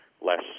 less